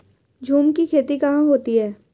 झूम की खेती कहाँ होती है?